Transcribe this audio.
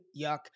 yuck